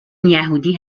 یهودی